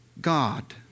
God